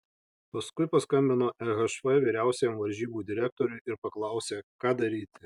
paskui paskambino į ehf vyriausiajam varžybų direktoriui ir paklausė ką daryti